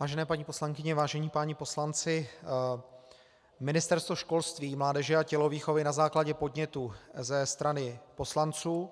Vážené paní poslankyně, vážení páni poslanci, Ministerstvo školství, mládeže a tělovýchovy na základě podnětu ze strany poslanců,